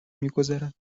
میگذرد